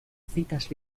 citas